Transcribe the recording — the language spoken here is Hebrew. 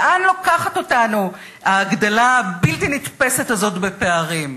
לאן לוקחת אותנו ההגדלה הבלתי-נתפסת הזאת בפערים?